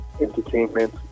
entertainment